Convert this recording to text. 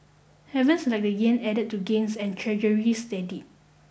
havens like the yen added to gains and treasuries steadied